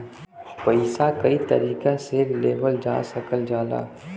पइसा कई तरीका से लेवल जा सकल जाला